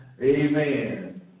Amen